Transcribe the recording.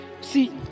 See